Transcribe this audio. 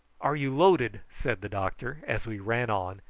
are you loaded? said the doctor, as we ran on,